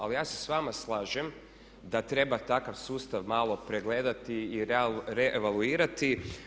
Ali ja se s vama slažem da treba takav sustav malo pregledati i reevaluirati.